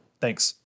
Thanks